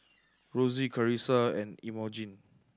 Rosey Karissa and Imogene